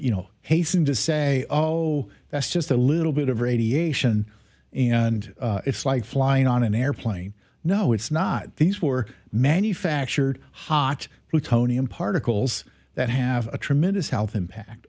you know hastened to say oh that's just a little bit of radiation and it's like flying on an airplane no it's not these were manufactured hotch plutonium particles that have a tremendous health impact